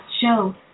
show